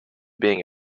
being